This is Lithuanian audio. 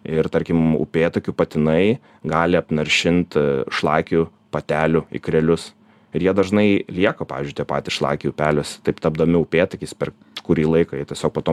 ir tarkim upėtakių patinai gali apnaršint šlakių patelių ikrelius ir jie dažnai lieka pavyzdžiui tie patys šlakiai upeliuose taip tapdami upėtakis per kurį laiką jie tiesiog po to